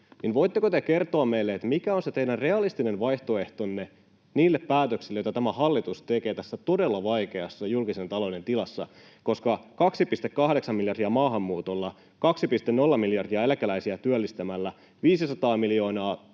Voitteko te kertoa meille, mikä on se teidän realistinen vaihtoehtonne niille päätöksille, joita tämä hallitus tekee tässä todella vaikeassa julkisen talouden tilassa? 2,8:n miljardia maahanmuutolla, 2,0 miljardia eläkeläisiä työllistämällä, 500 miljoonaa